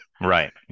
Right